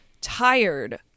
tired